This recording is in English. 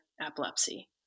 epilepsy